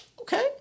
okay